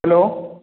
hello